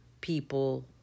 people